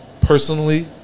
personally